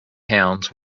hounds